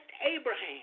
Abraham